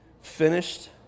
finished